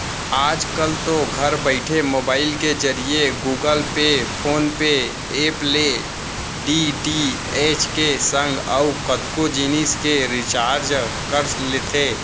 आजकल तो घर बइठे मोबईल के जरिए Google pay, PhonePe app ले डी.टी.एच के संग अउ कतको जिनिस के रिचार्ज कर लेथे